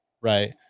right